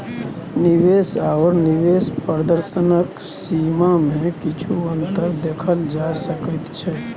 निवेश आओर निवेश प्रदर्शनक सीमामे किछु अन्तर देखल जा सकैत छै